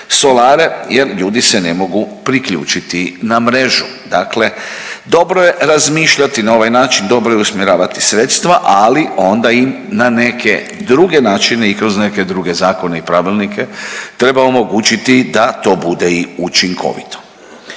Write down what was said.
solare jer ljudi se ne mogu priključiti na mrežu. Dakle, dobro je razmišljati na ovaj način, dobro je usmjeravati sredstva ali onda im na neke druge načine i kroz neke druge zakone i pravilnike treba omogućiti da to bude i učinkovito.